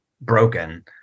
broken